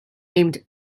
named